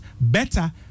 better